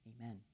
Amen